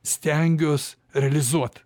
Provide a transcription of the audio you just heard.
stengiuos realizuot